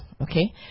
Okay